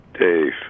Dave